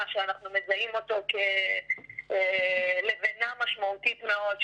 שאנחנו מזהים אותו כלבנה משמעותית מאוד,